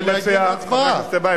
חבר הכנסת טיבייב,